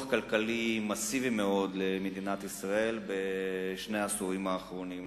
כלכלי מסיבי מאוד במדינת ישראל בשני העשורים האחרונים.